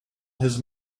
his